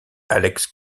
alex